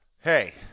Hey